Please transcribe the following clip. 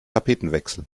tapetenwechsel